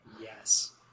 Yes